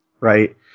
right